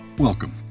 Welcome